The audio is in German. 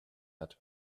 hat